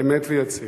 אמת ויציב.